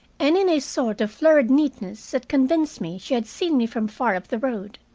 and in a sort of flurried neatness that convinced me she had seen me from far up the road.